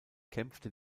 kämpfte